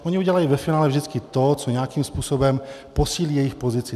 Oni udělají ve finále vždycky to, co nějakým způsobem posílí jejich pozici.